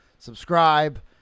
Subscribe